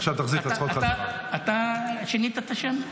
עכשיו תחזיר את --- אה, אתה שינית את השם?